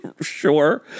sure